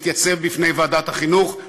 נתייצב בפני ועדת החינוך,